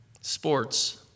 sports